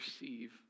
receive